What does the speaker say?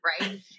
right